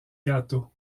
gâteaux